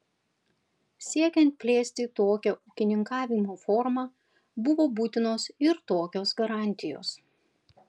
siekiant plėsti tokią ūkininkavimo formą buvo būtinos ir tokios garantijos